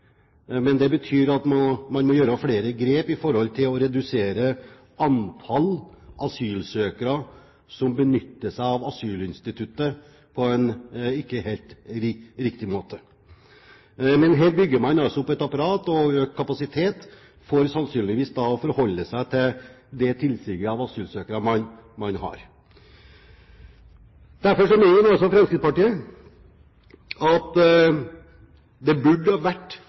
Men det betyr at man må gjøre flere grep for å redusere antall asylsøkere som benytter seg av asylinstituttet på en ikke helt riktig måte. Men her bygger man altså opp et apparat og øker kapasiteten, for sannsynligvis da å forholde seg til det tilsiget av asylsøkere man har. Derfor mener Fremskrittspartiet at det burde ha vært